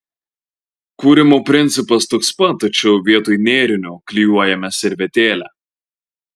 kūrimo principas toks pat tačiau vietoj nėrinio klijuojame servetėlę